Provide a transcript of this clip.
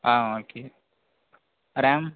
ah okay RAM